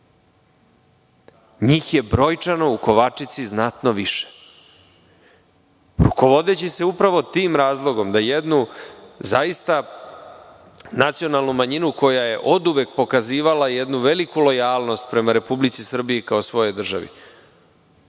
njih je brojčano u Kovačici znatno više. Rukovodeći se upravo tim razlogom, da jednu zaista nacionalnu manjinu koja je oduvek pokazivala jednu veliku lojalnost prema Republici Srbiji kao svojoj državi,